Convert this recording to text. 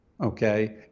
Okay